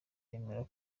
bemera